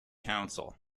council